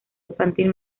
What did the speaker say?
infantil